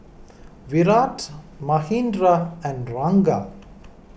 Virat Manindra and Ranga